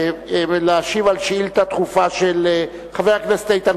להשיב על שאילתא דחופה של חבר הכנסת איתן